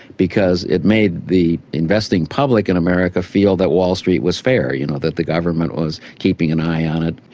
because it made the investing public in america feel that wall street was fair, you know, that the government was keeping an eye on it.